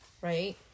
Right